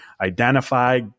identify